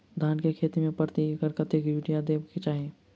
धान केँ खेती मे प्रति एकड़ कतेक यूरिया देब केँ चाहि?